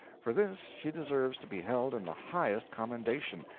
for this she deserves to be held in the highest commendation,